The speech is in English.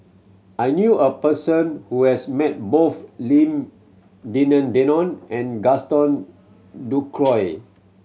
I knew a person who has met both Lim Denan Denon and Gaston Dutronquoy